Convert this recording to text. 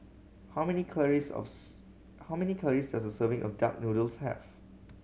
how many calories of how many calories does serving of duck noodles have